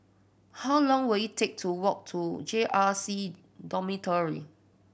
how long will it take to walk to J R C Dormitory